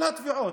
כל התביעות,